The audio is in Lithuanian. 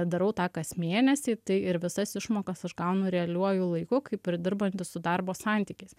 darau tą kas mėnesį tai ir visas išmokas aš gaunu realiuoju laiku kaip ir dirbantis su darbo santykiais